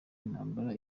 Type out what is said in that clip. intambara